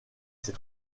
ses